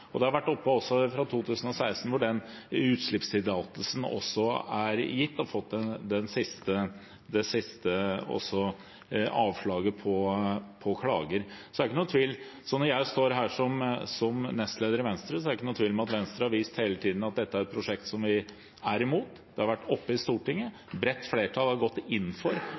Det var også oppe i 2016, da utslippstillatelsen ble gitt og man fikk det siste avslaget på klager i saken. Så når jeg står her som nestleder i Venstre, er det ikke noen tvil om at Venstre hele tiden har vist at dette er et prosjekt som vi er imot. Det har vært oppe i Stortinget, et bredt flertall har gått inn for